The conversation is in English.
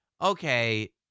okay